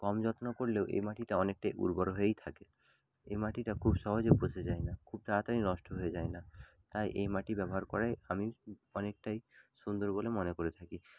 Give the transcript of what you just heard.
কম যত্ন করলেও এই মাটিটা অনেকটাই উর্বর হয়েই থাকে এই মাটিটা খুব সহজে পচে যায় না খুব তাড়াতাড়ি নষ্ট হয়ে যায় না তাই এই মাটি ব্যবহার করেই আমি অনেকটাই সুন্দর বলে মনে করে থাকি